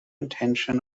intention